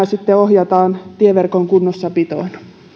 sitten ohjataan tieverkon kunnossapitoon